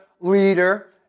leader